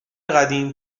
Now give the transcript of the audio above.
قدیم